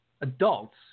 adults